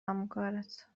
همکارت